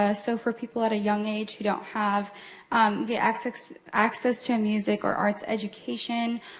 ah so, for people at a young age, who don't have the access access to a music or arts education,